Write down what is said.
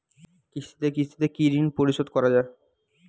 কিস্তিতে কিস্তিতে কি ঋণ পরিশোধ করা য়ায়?